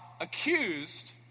accused